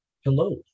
Hello